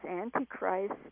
antichrist